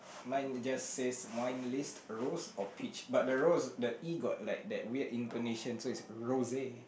mine just says wine list rose or peach but the rose the E got like that weird intonation so is rose